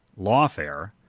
Lawfare